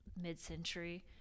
mid-century